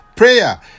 Prayer